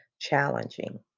challenging